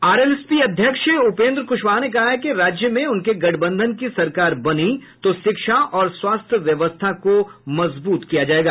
रालोसपा अध्यक्ष उपेन्द्र कुशवाहा ने कहा है कि राज्य में उनके गठबंधन की सरकार बनती है तो शिक्षा और स्वास्थ्य व्यवस्था को मजबूत किया जायेगा